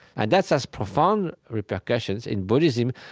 and that has profound repercussions in buddhism,